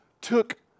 took